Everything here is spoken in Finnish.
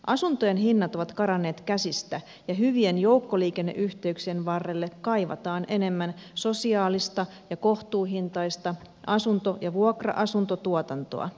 asuntojen hinnat ovat karanneet käsistä ja hyvien joukkoliikenneyhteyksien varrelle kaivataan enemmän sosiaalista ja kohtuuhintaista asunto ja vuokra asuntotuotantoa